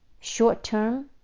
short-term